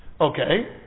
Okay